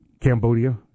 cambodia